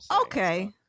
okay